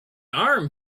arm